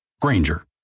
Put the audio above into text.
Granger